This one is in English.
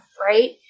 right